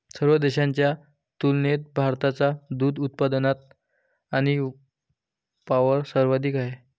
सर्व देशांच्या तुलनेत भारताचा दुग्ध उत्पादन आणि वापर सर्वाधिक आहे